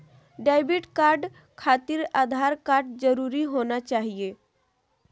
Debit card खातिर Aadhaar card जरूरी होना चाहिए?